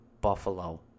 Buffalo